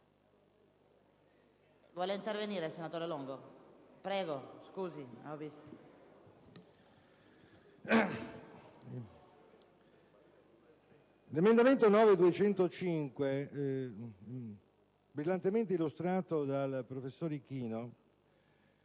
L'emendamento 9.205, brillantemente illustrato dal professor Ichino,